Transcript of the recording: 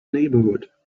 neighbourhood